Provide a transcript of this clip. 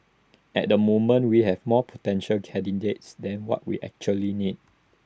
at the moment we have more potential candidates than what we actually need